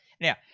Now